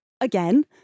again